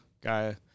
guy